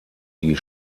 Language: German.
die